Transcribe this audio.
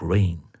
Rain